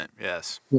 yes